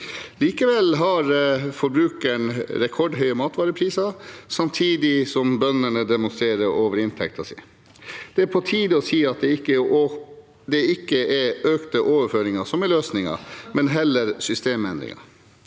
Likevel har forbrukeren rekordhøye matvarepriser, samtidig som bøndene demonstrerer over inntekten sin. Det er på tide å si at det ikke er økte overføringer som er løsningen, men heller systemendringer.